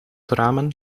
ramen